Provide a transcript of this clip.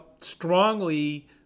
strongly